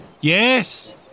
Yes